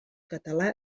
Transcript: català